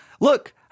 Look